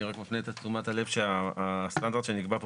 אני רק מפנה את תשומת הלב שהסטנדרט שנקבע פה